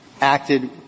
acted –